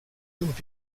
would